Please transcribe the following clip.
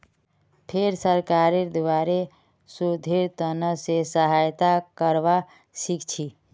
फेर सरकारेर द्वारे शोधेर त न से सहायता करवा सीखछी